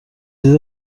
دید